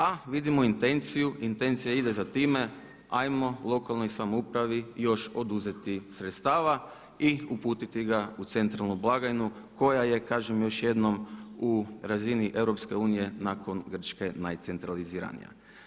A vidimo intenciju, intencija ide za time ajmo lokalnoj samoupravi još oduzeti sredstava i uputiti ga u centralnu blagajnu koja je kažem još jednom u razini EU nakon Grčke najcentraliziranija.